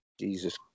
Jesus